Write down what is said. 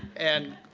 and,